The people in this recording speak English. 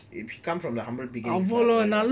it comes from the humble beginning lah so